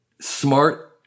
smart